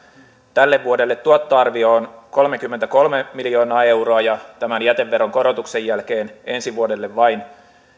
tälle vuodelle tuottoarvio on kolmekymmentäkolme miljoonaa euroa ja tämän jäteveron korotuksen jälkeen ensi vuodelle vain